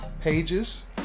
pages